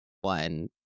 one